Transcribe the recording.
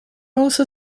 also